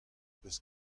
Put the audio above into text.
peus